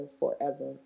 forever